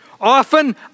Often